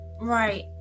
Right